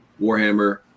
Warhammer